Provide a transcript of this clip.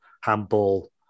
handball